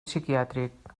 psiquiàtric